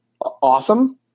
awesome